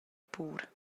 pur